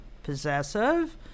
possessive